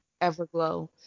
Everglow